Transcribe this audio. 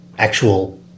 actual